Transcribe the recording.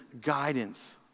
guidance